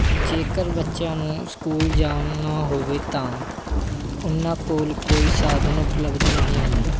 ਜੇਕਰ ਬੱਚਿਆਂ ਨੂੰ ਸਕੂਲ ਜਾਣਾ ਹੋਵੇ ਤਾਂ ਉਨ੍ਹਾਂ ਕੋਲ ਕੋਈ ਸਾਧਨ ਉਪਲਬਧ ਨਹੀਂ ਹੁੰਦਾ